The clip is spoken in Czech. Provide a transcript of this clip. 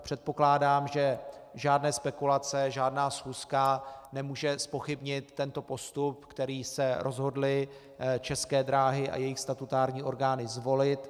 Předpokládám, že žádné spekulace, žádná schůzka nemůže zpochybnit tento postup, který se rozhodly České dráhy a jejich statutární orgány zvolit.